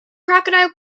crocodile